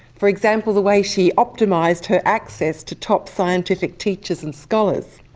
for example the way she optimised her access to top scientific teachers and scholars.